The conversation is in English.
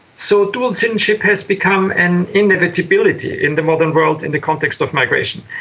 so dual citizenship has become an inevitability in the modern world in the context of migration.